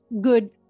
good